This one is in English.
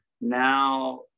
now